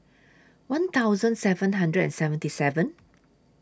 one thousand seven hundred and seventy seven